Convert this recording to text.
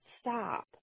stop